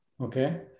Okay